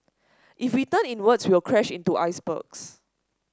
if we turn inwards we'll crash into icebergs